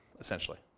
essentially